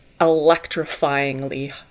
electrifyingly